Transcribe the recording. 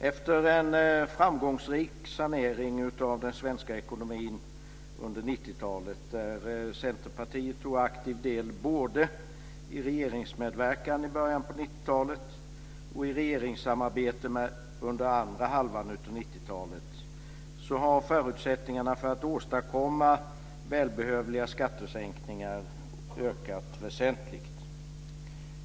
Efter en framgångsrik sanering av den svenska ekonomin under 90-talet - Centerpartiet tog aktiv del både i regeringsmedverkan i början av 90-talet och i regeringssamarbete under andra halvan av 90-talet - har förutsättningarna för att åstadkomma välbehövliga skattesänkningar ökat väsentligt.